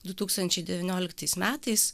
du tūkstančiai devynioliktais metais